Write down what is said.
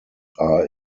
are